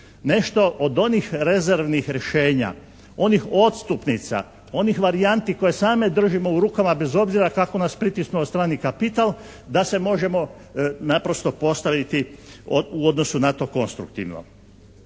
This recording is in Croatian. nešto od onih rezervnih rješenja, onih odstupnica, onih varijanti koje same držimo u rukama, bez obzira kako nas pritisnuo strani kapital da se možemo naprosto postaviti u odnosu na to konstruktivno.